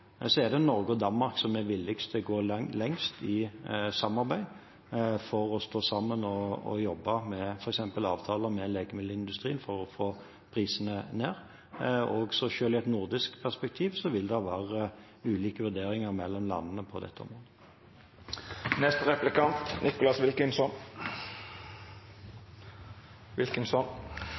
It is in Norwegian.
er Norge og Danmark som er villigst til å gå lengst når det gjelder samarbeid for å stå sammen og jobbe med f.eks. avtaler med legemiddelindustrien for å få prisene ned. Så selv i et nordisk perspektiv vil det være ulike vurderinger mellom landene på dette området.